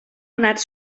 anat